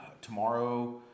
tomorrow